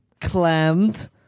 Clammed